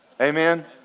Amen